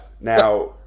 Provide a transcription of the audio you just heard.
Now